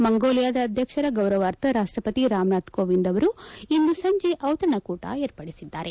ಮಂಗೋಲಿಯಾದ ಅಧ್ಯಕ್ಷ ಗೌರವಾರ್ಥ ರಾಷ್ಟಪತಿ ರಾಮನಾಥ್ ಕೋವಿಂದ ಅವರು ಇಂದು ಸಂಜೆ ಔತಣಕೂಟ ಏರ್ಪಡಿಸಿದ್ದಾರೆ